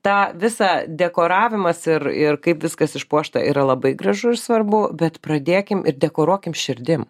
tą visą dekoravimas ir ir kaip viskas išpuošta yra labai gražu ir svarbu bet pradėkime ir dekoruokim širdim